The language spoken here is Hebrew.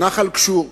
נח"ל גשור.